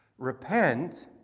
Repent